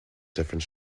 different